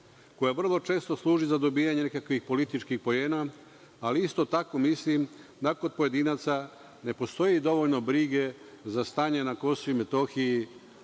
koja često služi za dobijanje nekakvih političkih poena, ali isto tako mislim da kod pojedinaca ne postoji dovoljno brige za stanje na KiM,